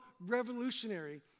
revolutionary